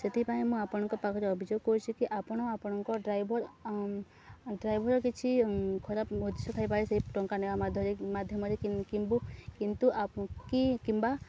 ସେଥିପାଇଁ ମୁଁ ଆପଣଙ୍କ ପାଖରେ ଅଭିଯୋଗ କରୁଛି କି ଆପଣ ଆପଣଙ୍କ ଡ୍ରାଇଭର୍ ଡ୍ରାଇଭର୍ କିଛି ଖରାପ ଉଦ୍ଦେଶ୍ୟ ଥାଇପାରେ ସେ ଟଙ୍କା ନେବା ମାଧ୍ୟରେ ମାଧ୍ୟମରେ କି କିମ୍ବୁ କିନ୍ତୁ ଆପ୍ କି କିମ୍ବା